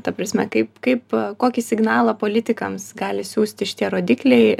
ta prasme kaip kaip kokį signalą politikams gali siųsti šitie rodikliai